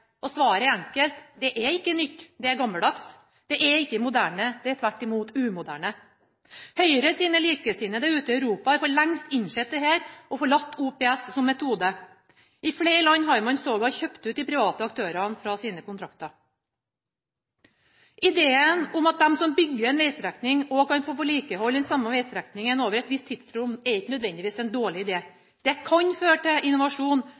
Og svaret er enkelt: Det er ikke nytt, det er gammeldags. Det er ikke moderne, det er tvert imot umoderne! Høyre sine likesinnede ute i Europa har for lengst innsett dette og forlatt OPS som metode. I flere land har man sågar kjøpt ut de private aktørene fra sine kontrakter. Ideen om at de som bygger en vegstrekning, også skal få vedlikeholde den samme vegstrekning over et visst tidsrom, er ikke nødvendigvis en dårlig idé. Det kan føre til innovasjon